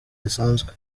zisanzwe